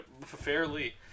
fairly